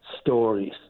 stories